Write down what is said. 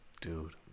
dude